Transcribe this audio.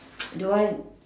don't want